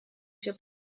się